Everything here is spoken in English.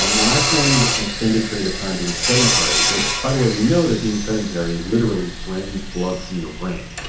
um when i spend an extended period of time being sedentary, which by the way we know that being sedentary literally drains blood from your brain,